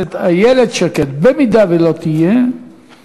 סוף העולם.